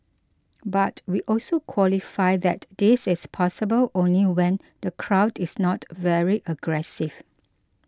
but we also qualify that this is possible only when the crowd is not very aggressive